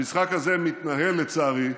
המשחק הזה מתנהל, לצערי,